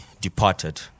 departed